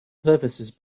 purposes